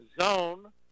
zone